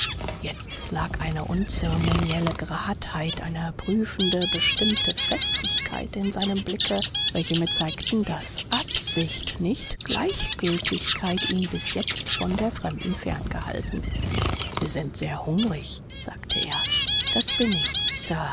jetzt lag eine unceremonielle gradheit eine prüfende bestimmte festigkeit in seinem blicke welche mir zeigten daß absicht nicht gleichgiltigkeit ihn bis jetzt von der fremden fern gehalten sie sind sehr hungrig sagte er das bin ich